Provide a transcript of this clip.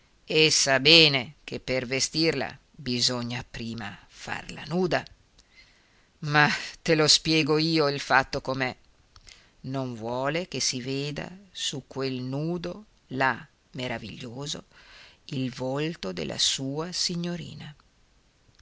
e sa bene che per vestirla bisogna prima farla nuda ma te lo spiego io il fatto com'è non vuole che si veda su quel nudo là meraviglioso il volto della sua signorina